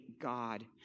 God